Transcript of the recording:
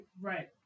Right